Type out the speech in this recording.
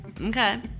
Okay